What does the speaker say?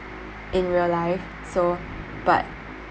in real life so but